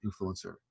influencer